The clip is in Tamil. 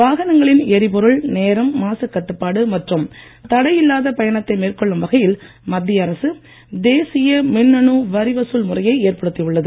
வாகனங்களின் எரிபொருள் நேரம் மாசுக் கட்டுப்பாடு மற்றும் தடையில்லாத பயணத்தை மேற்கொள்ளும் வகையில் மத்திய அரசு தேசிய மின்னணு வரி வசூல் முறையை ஏற்படுத்தி உள்ளது